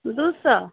दू सए